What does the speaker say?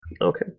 Okay